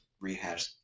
rehash